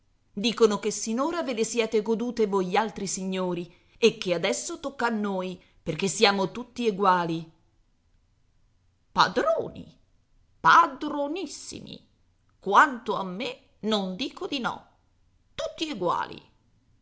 dicono che sinora ve le siete godute voialtri signori e che adesso tocca a noi perché siamo tutti eguali padroni padronissimi quanto a me non dico di no tutti eguali